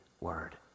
word